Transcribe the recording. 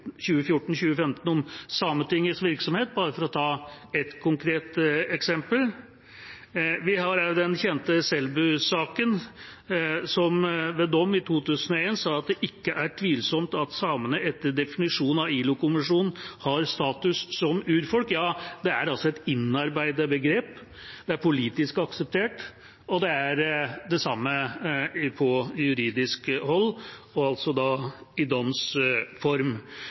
om Sametingets virksomhet – bare for å ta ett konkret eksempel. Vi har også den kjente Selbu-saken, der en ved dom i 2001 sa at det ikke er tvilsomt at samene etter definisjon av ILO-konvensjonen har status som urfolk. Det er altså et innarbeidet begrep, det er politisk akseptert, og det er det samme fra juridisk hold og i doms form.